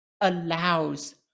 allows